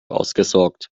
ausgesorgt